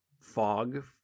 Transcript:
fog